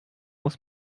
muss